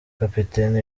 kapiteni